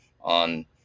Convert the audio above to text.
on